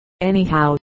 anyhow